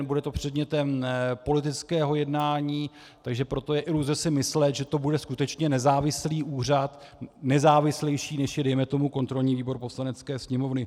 Bude to předmětem politického jednání, takže proto je iluze si myslet, že to bude skutečně nezávislý úřad, nezávislejší, než je dejme tomu kontrolní výbor Poslanecké sněmovny.